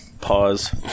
pause